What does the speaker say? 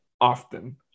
often